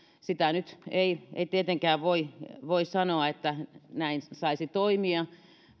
sitä nyt ei ei tietenkään voi voi sanoa että näin saisi toimia